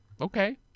okay